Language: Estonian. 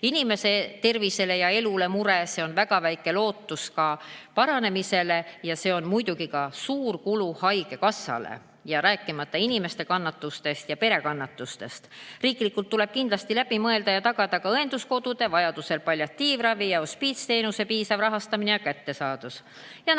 inimese tervisele ja elule, see on väga väike lootus paranemisele ja see on muidugi ka suur kulu haigekassale, rääkimata inimeste kannatustest ja pere kannatustest. Riiklikult tuleb kindlasti läbi mõelda ja tagada ka õenduskodude, vajadusel pallatiivravi ja hospiitsteenuse piisav rahastamine ja kättesaadavus.